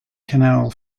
canal